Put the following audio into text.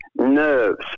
nerves